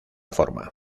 forma